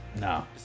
No